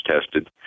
tested